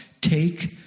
take